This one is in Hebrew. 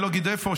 אני לא אגיד איפה,